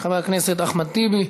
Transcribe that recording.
חבר הכנסת אחמד טיבי,